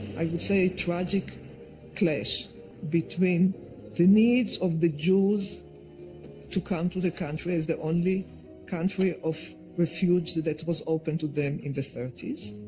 i would say, a tragic clash between the needs of the jews to come to the country, as the only country of refuge that was open to them in the thirty s,